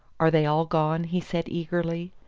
are they all gone? he said eagerly.